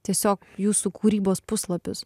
tiesiog jūsų kūrybos puslapius